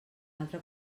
altre